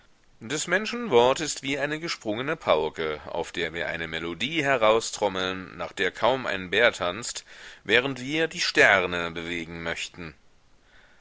des menschen wort ist wie eine gesprungene pauke auf der wir eine melodie heraustrommeln nach der kaum ein bär tanzt während wir die sterne bewegen möchten